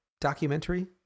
documentary